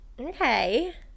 okay